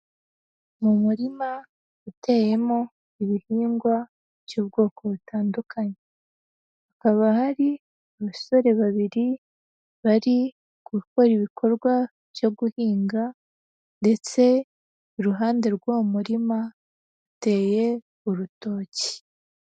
Mu murima uteyemo ibihingwa by'ubwoko butandukanye, hakaba hari abasore babiri bari gukora ibikorwa byo guhinga ndetse iruhande rw'uwo murima hateye urutoki.